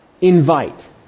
invite